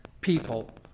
people